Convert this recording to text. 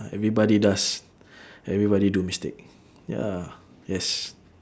everybody does everybody do mistake ya yes